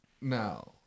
now